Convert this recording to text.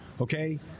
okay